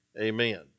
amen